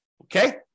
Okay